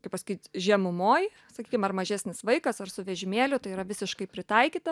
kaip pasakyt žemumoj sakykim ar mažesnis vaikas ar su vežimėliu tai yra visiškai pritaikyta